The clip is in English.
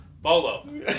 Bolo